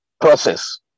process